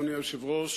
אדוני היושב-ראש,